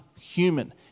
human